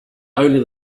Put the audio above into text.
only